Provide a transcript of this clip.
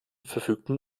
verfügten